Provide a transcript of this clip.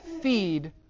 feed